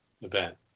event